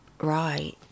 right